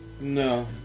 No